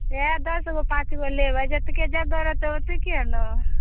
इहए दश गो पाँच गो लेबै जतुके जगह रहतै ओतुके ने